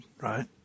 right